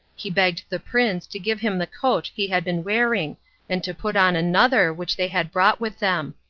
he begged the prince to give him the coat he had been wearing and to put on another which they had brought with them.